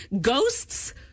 ghosts